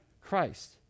Christ